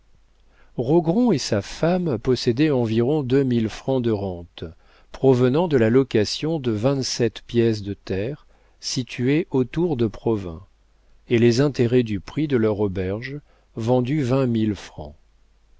rogron et sa femme possédaient environ deux mille francs de rente provenant de la location de vingt-sept pièces de terre situées autour de provins et les intérêts du prix de leur auberge vendue vingt mille francs